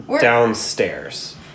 Downstairs